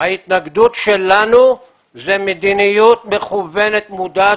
ההתנגדות שלנו היא מדיניות מכוונת מודעת